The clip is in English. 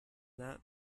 that